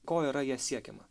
ko yra juo siekiama